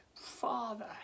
Father